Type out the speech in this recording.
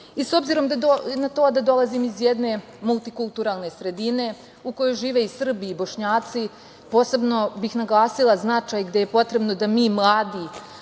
obzirom na to da dolazim iz jedne multikulturalne sredine u kojoj žive i Srbi i Bošnjaci, posebno bih naglasila značaj gde je potrebno da mi mladi